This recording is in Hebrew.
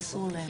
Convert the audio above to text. לא,